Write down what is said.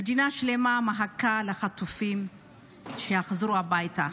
מדינה שלמה מחכה לחטופים שיחזרו הביתה.